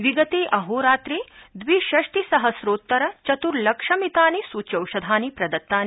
विगते अहोरात्रे द्विषष्टि सहम्रोत्तर चतुर्लक्षमितानि सूच्यौषधानि प्रदत्तानि